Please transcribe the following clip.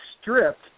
stripped